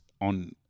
on